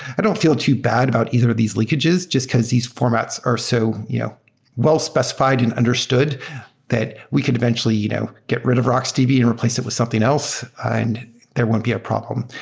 i don't feel too bad about either of these leakages just because these formats are so you well specified and understood that we could eventually you know get rid of rocksdb and replace it with something else and there won't be a problem.